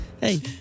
Hey